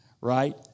right